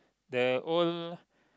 the old